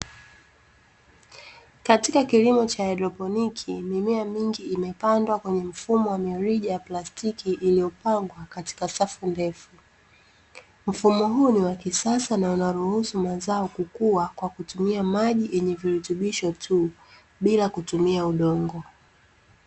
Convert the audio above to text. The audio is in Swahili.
Katika kilimo cha haidroponiki, mimea mingi imepandwa kwa mifumo wa mirija ya plastiki iliyopangwa katika safu ndefu. Mfumo huu ni wa kisasa na unaruhusu mazao kukua kwa kutumia maji yenye virutubisho tu bila kutumia udongo.